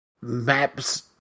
maps